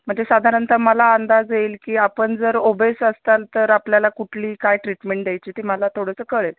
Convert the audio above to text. म्हणजे साधारणतः मला अंदाज येईल की आपण जर ओबेस असताल तर आपल्याला कुठली काय ट्रीटमेंट द्यायची ती मला थोडंसं कळेल